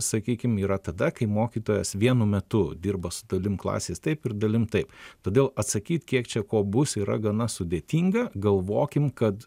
sakykim yra tada kai mokytojas vienu metu dirba su dalim klasės taip ir dalim taip todėl atsakyti kiek čia ko bus yra gana sudėtinga galvokim kad